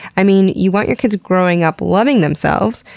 i mean, you want your kids growing up loving themselves.